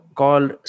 called